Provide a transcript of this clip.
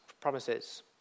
promises